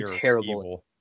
terrible